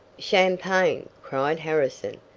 champagne! cried harrison,